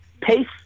peace